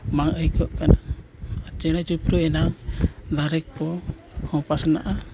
ᱵᱟᱝ ᱟᱹᱭᱠᱟᱹᱜ ᱠᱟᱱᱟ ᱪᱮᱬᱮ ᱪᱤᱯᱨᱩᱫ ᱮᱱᱟᱜ ᱫᱟᱨᱮ ᱠᱚ ᱦᱚᱸ ᱯᱟᱥᱱᱟᱜᱼᱟ